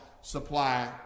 supply